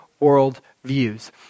worldviews